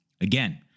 Again